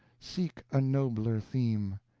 seek a nobler theme!